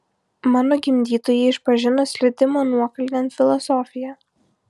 mano gimdytojai išpažino slydimo nuokalnėn filosofiją